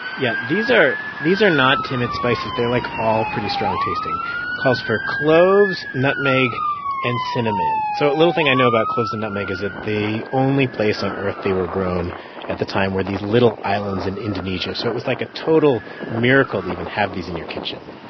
yeah. these are these are not timid spices. they're, like, all pretty strong-tasting calls for cloves, nutmeg and cinnamon. so a little thing i know about cloves and nutmeg is that the only place on earth they were grown at the time were these little islands in indonesia. so it was, like, a total miracle to even have these in your kitchen